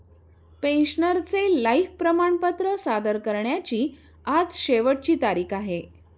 पेन्शनरचे लाइफ प्रमाणपत्र सादर करण्याची आज शेवटची तारीख आहे